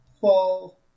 fall